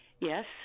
Yes